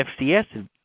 FCS